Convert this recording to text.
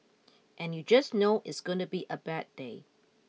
and you just know it's gonna be a bad day